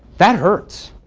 that hurts.